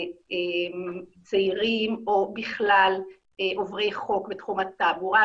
זה צעירים או בכלל עוברי חוק בתחום התעבורה,